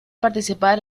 participar